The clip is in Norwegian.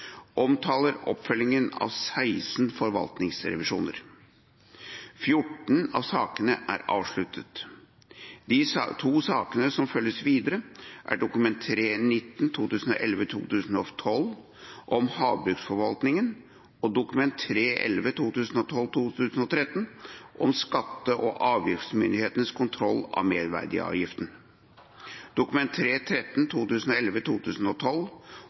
omtaler oppfølgingen av 16 forvaltningsrevisjoner. 14 av sakene er avsluttet. De to sakene som følges videre, er Dokument 3:9 for 2011–2012, om havbruksforvaltningen, og Dokument 3:11 for 2012–2013, om skatte- og avgiftsmyndighetenes kontroll av merverdiavgiften. Dokument